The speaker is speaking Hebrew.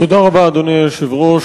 תודה רבה, אדוני היושב-ראש.